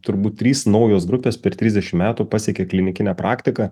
turbūt trys naujos grupės per trisdešim metų pasiekė klinikinę praktiką